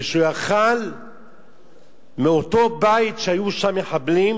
כשהוא יכול היה להרוס כליל את אותו בית שהיו בו מחבלים.